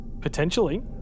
Potentially